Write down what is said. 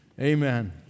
Amen